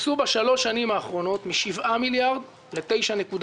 טיפסו בשלוש השנים האחרונות מ-7 מיליארד ל-9.3,